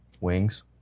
Wings